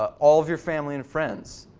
ah all of your family and friends,